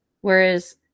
whereas